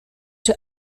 czy